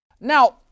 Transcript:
Now